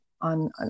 on